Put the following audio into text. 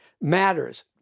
matters